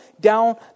down